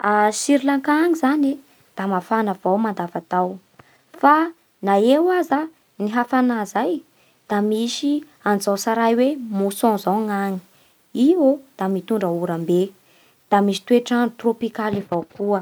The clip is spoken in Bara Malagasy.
A Sri Lanka any zany e da mafana avao mandavatao. Fa na eo aza ny hafanà izay da misy an'izao tsarahay hoe mousson izao ny agny. Iô da mitondra oram-be, da misy toetr'andro trôpikaly avao koa.